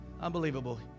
unbelievable